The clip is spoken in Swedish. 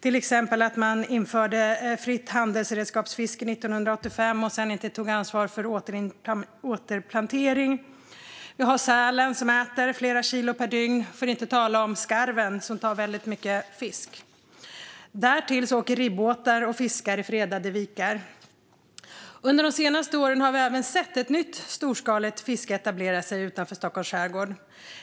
Till exempel infördes fritt handredskapsfiske 1985 utan att någon tog ansvar för återplantering. Vidare äter sälen flera kilo per dygn - för att inte tala om skarven, som tar väldigt mycket fisk. Därtill åker ribbåtar och fiskar i fredade vikar. Under de senaste åren har vi även sett ett nytt storskaligt fiske etablera sig utanför Stockholms skärgård.